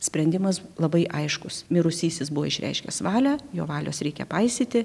sprendimas labai aiškus mirusysis buvo išreiškęs valią jo valios reikia paisyti